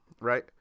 right